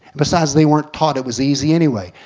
besides they weren't taught it was easy anyway.